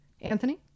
Anthony